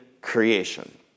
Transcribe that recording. creation